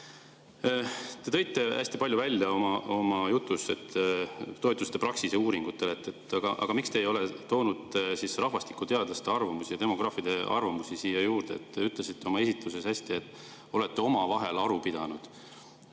Te tõite hästi palju välja oma jutus, et toetusite Praxise uuringutele. Aga miks te ei ole toonud siis rahvastikuteadlaste arvamusi, demograafide arvamusi siia juurde? Te ütlesite oma esitluses hästi, et olete omavahel aru pidanud.